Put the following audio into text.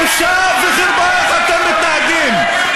בושה וחרפה איך שאתם מתנהגים.